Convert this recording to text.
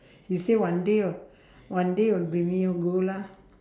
he say one day one day will bring me go lah